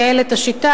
כדי לייעל את השיטה,